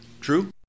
True